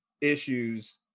issues